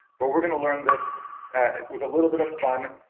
but we're gonna learn this with a little bit of fun.